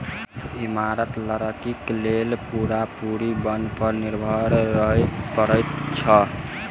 इमारती लकड़ीक लेल पूरा पूरी बन पर निर्भर रहय पड़ैत छै